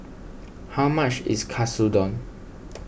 how much is Katsudon